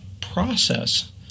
process